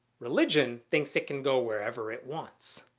religion thinks it can go wherever it wants.